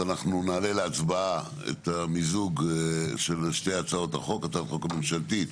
אז אנחנו נעלה להצבעה את מיזוג שתי הצעות החוק: הצעת החוק הממשלתית